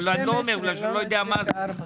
אבל אני אומר, כי אני לא יודע מה זה.